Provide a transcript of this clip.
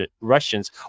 Russians